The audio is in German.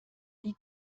die